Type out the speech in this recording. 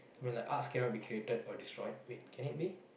I mean like arts cannot be created or destroyed wait can it be